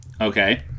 Okay